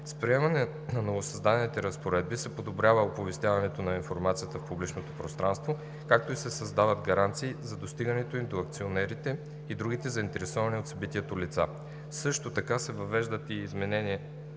С приемане на новосъздадените разпоредби се подобрява оповестяването на информацията в публичното пространство, както и се създават гаранции за достигането ѝ до акционерите и другите заинтересовани от събитието лица. Също така се въвеждат изменения